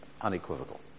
unequivocal